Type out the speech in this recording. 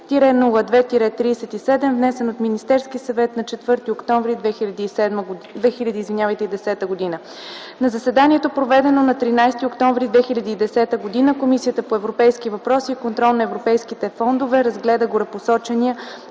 № 002-02-37, внесен от Министерския съвет на 4 октомври 2010 г. На заседанието, проведено на 13 октомври 2010 г., Комисията по европейските въпроси и контрол на европейските фондове разгледа горепосочения